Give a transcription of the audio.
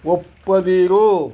ಒಪ್ಪದಿರು